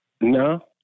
No